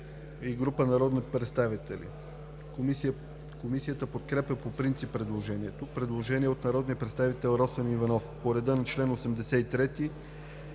и група народни представители. Комисията подкрепя по принцип предложението. Предложение от народния представител Росен Иванов по реда на чл. 83,